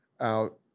Out